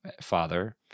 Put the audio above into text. Father